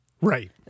Right